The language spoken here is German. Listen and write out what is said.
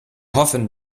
hoffen